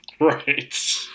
Right